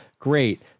Great